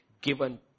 given